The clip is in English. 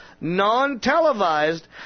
non-televised